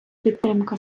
підтримка